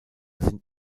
sind